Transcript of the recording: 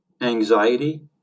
anxiety